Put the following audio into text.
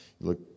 look